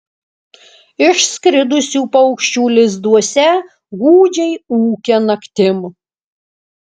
išskridusių paukščių lizduose gūdžiai ūkia naktim